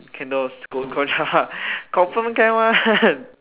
candles go confirm can one